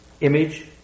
Image